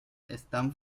están